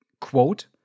Quote